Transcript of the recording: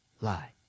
lie